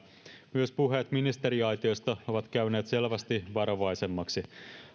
myös puheet ministeriaitiosta ovat käyneet selvästi varovaisemmiksi